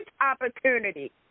opportunity